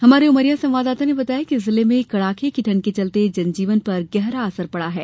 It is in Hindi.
हमारे उमरिया संवाददाता ने बताया है कि जिले में कड़ाके की ठंड के चलते जनजीवन पर गहरा असर पड़ा है